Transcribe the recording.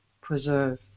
preserve